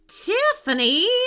Tiffany